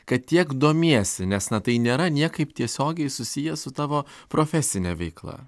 kad tiek domiesi nes na tai nėra niekaip tiesiogiai susiję su tavo profesine veikla